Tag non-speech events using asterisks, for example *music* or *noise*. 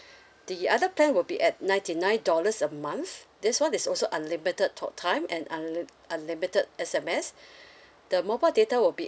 the other plan would be at ninety nine dollars a month this [one] is also unlimited talk time and un~ unlimited S_M_S *breath* the mobile data will be